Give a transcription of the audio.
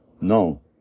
No